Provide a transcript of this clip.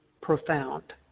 profound